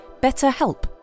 BetterHelp